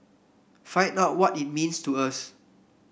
find out what it means to us